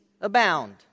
abound